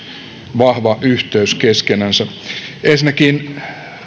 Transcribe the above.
vahva yhteys keskenänsä ensinnäkin